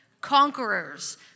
conquerors